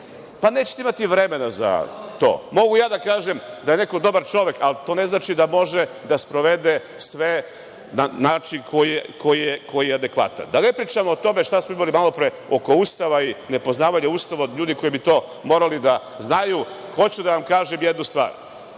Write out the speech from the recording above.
Nećete imati vremena za to. Mogu da kažem da je neko dobar čovek, ali to ne mora da znači da može da sprovede sve na način koji je adekvatan. Da ne pričamo o tome šta smo imali malopre oko Ustava, i ne poznavanje Ustava od ljudi koji bi to morali da znaju. Hoću da vam kažem jednu stvar,